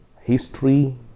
history